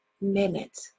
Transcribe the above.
minute